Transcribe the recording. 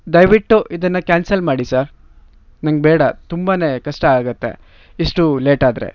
ದಯವಿಟ್ಟು ಇದನ್ನು ಕ್ಯಾನ್ಸಲ್ ಮಾಡಿ ಸರ್ ನಂಗೆ ಬೇಡ ತುಂಬಾ ಕಷ್ಟ ಆಗತ್ತೆ ಇಷ್ಟು ಲೇಟಾದರೆ